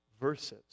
verses